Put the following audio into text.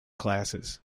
classes